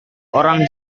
orang